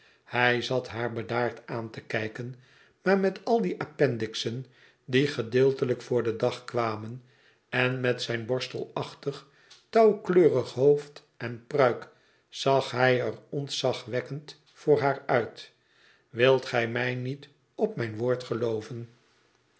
hij zat haar bedaard aan te kijken maar met al die appendixen die gedeeltelijk voor den dag kwamen en met zijn borstelachtig touwkleurig hoofd en pruik zag hij er ontzagwekkend voor haar uit wilt gij mij niet op mijn woord gelooven